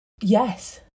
Yes